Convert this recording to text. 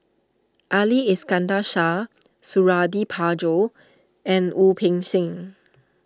Ali Iskandar Shah Suradi Parjo and Wu Peng Seng